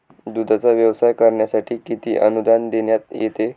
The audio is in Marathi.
दूधाचा व्यवसाय करण्यासाठी किती अनुदान देण्यात येते?